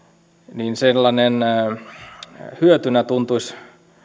niin hyötynä tuntuisi